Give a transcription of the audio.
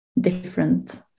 different